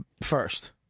first